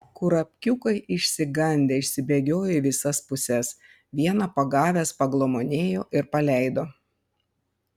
kurapkiukai išsigandę išsibėgiojo į visas puses vieną pagavęs paglamonėjo ir paleido